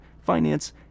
finance